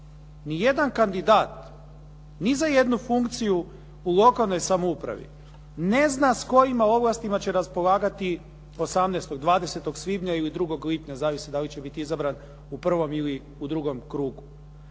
nijedan kandidat ni za jednu funkciju u lokalnoj samoupravi ne zna s kojim ovlastima će raspolagati 18., 20. svibnja ili 2. lipnja zavisi da li će biti izabran u prvom ili u drugom krugu,